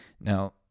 Now